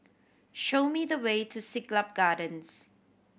show me the way to Siglap Gardens